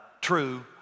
true